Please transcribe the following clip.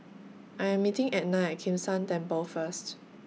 I Am meeting Etna At Kim San Temple First